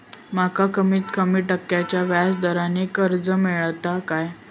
माका कमीत कमी टक्क्याच्या व्याज दरान कर्ज मेलात काय?